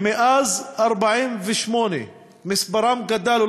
שמאז 1948 מספרם גדל,